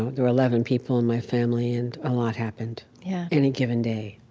ah there were eleven people in my family, and a lot happened yeah any given day.